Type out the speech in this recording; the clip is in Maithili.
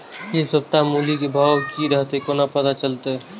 इ सप्ताह मूली के भाव की रहले कोना पता चलते?